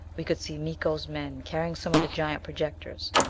we could see miko's men carrying some of the giant projectors,